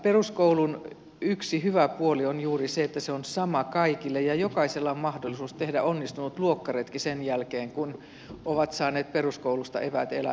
peruskoulun yksi hyvä puoli on juuri se että se on sama kaikille ja jokaisella on mahdollisuus tehdä onnistunut luokkaretki sen jälkeen kun on saanut peruskoulusta eväät elämälleen